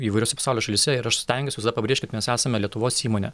įvairiose pasaulio šalyse ir aš stengiuosi visada pabrėžt kad mes esame lietuvos įmonė